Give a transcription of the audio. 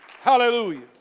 Hallelujah